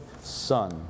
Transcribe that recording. son